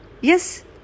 Yes